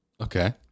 Okay